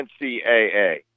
NCAA